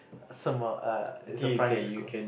some a it's a primary school